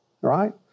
Right